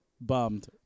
bummed